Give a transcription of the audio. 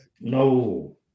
No